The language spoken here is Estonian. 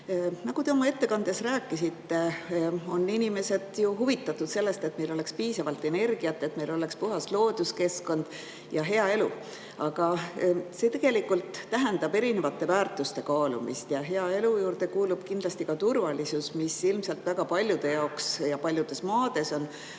Nagu te oma ettekandes rääkisite, inimesed on huvitatud sellest, et meil oleks piisavalt energiat, puhas looduskeskkond ja hea elu. Aga see tähendab tegelikult erinevate väärtuste kaalumist. Hea elu juurde kuulub kindlasti ka turvalisus, mis ilmselt on olnud väga paljude jaoks ja paljudes maades